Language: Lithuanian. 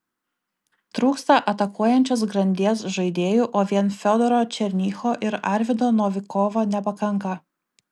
trūksta atakuojančios grandies žaidėjų o vien fiodoro černycho ir arvydo novikovo nepakanka